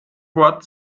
wort